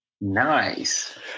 Nice